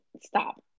Stop